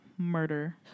Murder